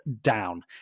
down